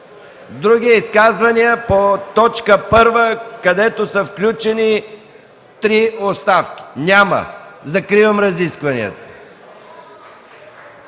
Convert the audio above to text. други изказвания по т. 1, където са включени три оставки? Няма. Закривам разискванията.